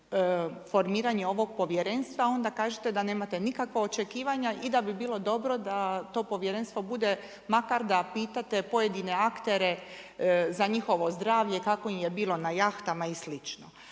formiranje ovog povjerenstva a onda kažete da nemate nikakva očekivanja i da bi bilo dobro da to povjerenstvo bude, makar da pitate pojedine aktere za njihovo zdravlje, kako im je bilo na jahtama i